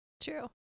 true